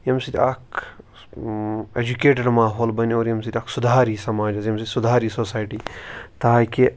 ییٚمہِ سۭتۍ اکھ ایٚجُکیٹِڈ ماحول بَنہِ اور ییٚمہِ سۭتۍ اکھ سُدھار یی سَماجَس ییٚمہِ سۭتۍ سُدھار یی سوسایٹی تاکہِ